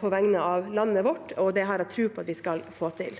på vegne av landet vårt. Det har jeg tro på at vi skal få til.